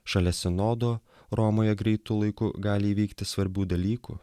šalia sinodo romoje greitu laiku gali įvykti svarbių dalykų